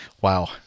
Wow